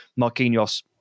Marquinhos